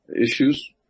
issues